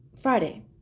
Friday